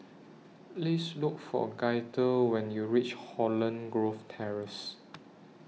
Please Look For Gaither when YOU REACH Holland Grove Terrace